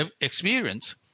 experience